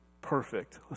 perfect